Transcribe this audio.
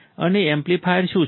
અને એમ્પ્લીફાયર શું છે